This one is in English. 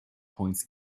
points